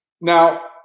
Now